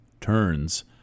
turns